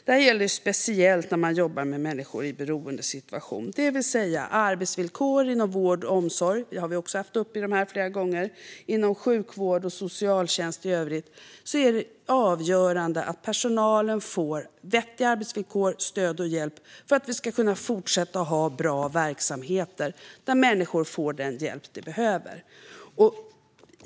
Detta gäller speciellt när man jobbar med människor i beroendesituation, det vill säga att när det gäller arbetsvillkoren inom vård och omsorg, som vi har haft uppe här flera gånger, inom sjukvård och inom socialtjänst i övrigt är det avgörande att personalen får vettiga arbetsvillkor, stöd och hjälp för att vi ska kunna fortsätta att ha bra verksamhet där människor får den hjälp de behöver.